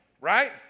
right